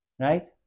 Right